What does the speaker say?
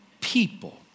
people